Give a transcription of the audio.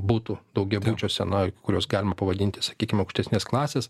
butų daugiabučiuose na kurios galima pavadinti sakykim aukštesnės klasės